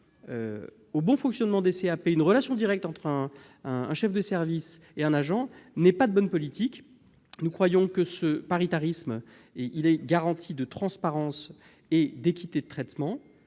la bonne marche des CAP la relation directe entre un chef de service et un agent n'est pas de bonne politique. Nous croyons que le paritarisme est une garantie de transparence et d'équité de traitement,